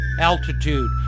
altitude